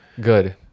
Good